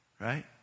right